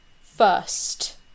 first